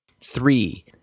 Three